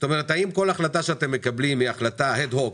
האם כל החלטה שאתם מקבלים היא החלטה אד-הוק,